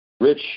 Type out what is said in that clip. Rich